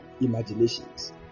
imaginations